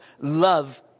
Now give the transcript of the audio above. Love